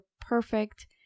perfect